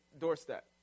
doorstep